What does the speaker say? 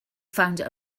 found